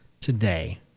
today